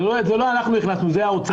זה לא אנחנו הכנסנו, זה האוצר.